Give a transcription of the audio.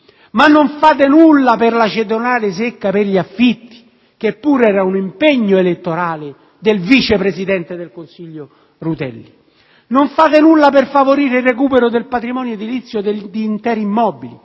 ma non fate nulla per la cedolare secca per gli affitti che pure era un impegno elettorale del vice presidente del Consiglio Rutelli. Come non fate nulla per favorire il recupero del patrimonio edilizio di interi immobili,